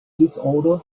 disorder